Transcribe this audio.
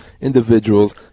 individuals